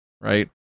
Right